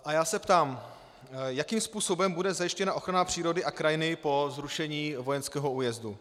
A já se ptám, jakým způsobem bude zajištěna ochrana přírody a krajiny po zrušení vojenského újezdu?